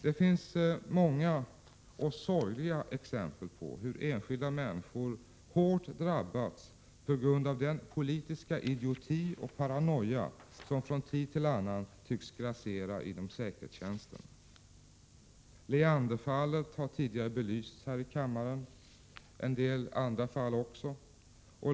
Det finns många och sorgliga exempel på hur enskilda människor hårt drabbats på grund av den politiska idioti och paranoia som från tid till annan grasserar inom säkerhetstjänsten. Leanderfallet har tidigare belysts här i kammaren, en del andra fall också.